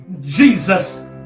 Jesus